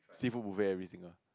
seafood buffet every single